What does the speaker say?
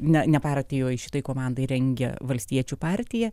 na ne partijoj šitai komandai rengia valstiečių partija